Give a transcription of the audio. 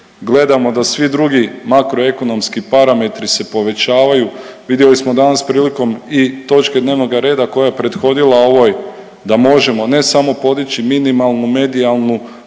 gledamo da svi drugi makroekonomski parametri se povećavaju. Vidjeli smo danas prilikom i točke dnevnoga reda koja je prethodila ovoj da možemo ne samo podići minimalnu medijalnu